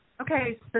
Okay